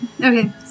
Okay